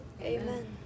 Amen